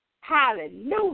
Hallelujah